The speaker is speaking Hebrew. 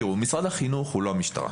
משרד החינוך הוא לא המשטרה.